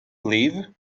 leave